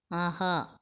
ஆஹா